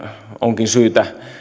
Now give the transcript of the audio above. onkin syytä